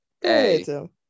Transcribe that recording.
Hey